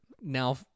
now